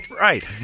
Right